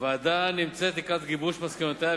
הוועדה לקראת גיבוש מסקנותיה,